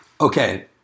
Okay